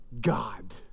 God